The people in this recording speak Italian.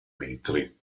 metri